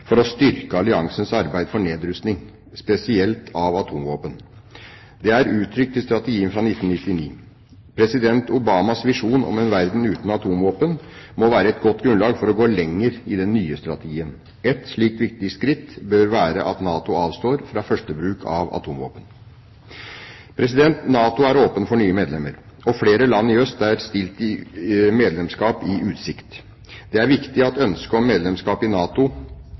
for å styrke alliansens arbeid for nedrustning, spesielt når det gjelder atomvåpen. Det er uttrykt i strategien fra 1999. President Obamas visjon om en verden uten atomvåpen må være et godt grunnlag for å gå lenger i den nye strategien. Ett slikt viktig skritt bør være at NATO avstår fra førstebruk av atomvåpen. NATO er åpen for nye medlemmer, og flere land i øst er stilt medlemskap i utsikt. Det er viktig at ønsket om medlemskap i NATO